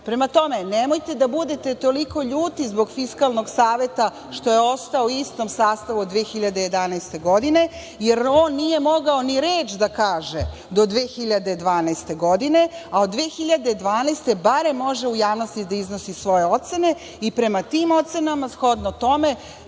tome, nemojte da budete toliko ljuti zbog Fiskalnog saveta što je ostao u istom sastavu od 2011. godine, jer on nije mogao ni reč da kaže do 2012. godine, a od 2012. godine bar može u javnosti da iznosi svoje ocene i prema tim ocenama, shodno tome,